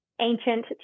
ancient